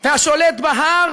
והשולט בהר